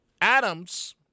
adams